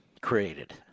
created